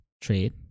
trade